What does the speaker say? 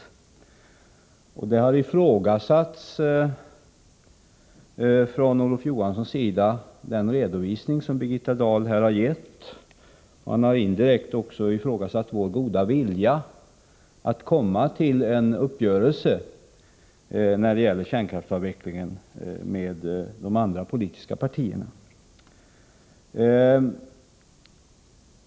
Olof Johansson har ifrågasatt den redovisning som Birgitta Dahl här har gett. Han har indirekt också ifrågasatt vår goda vilja att komma till en uppgörelse med de andra politiska partierna när det gäller kärnkraftsavvecklingen.